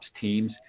teams